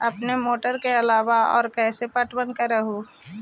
अपने मोटरबा के अलाबा और कैसे पट्टनमा कर हू?